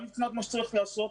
גם לגבי מה שצריך לעשות,